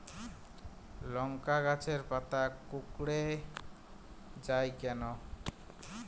লংকা গাছের পাতা কুকড়ে যায় কেনো?